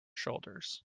shoulders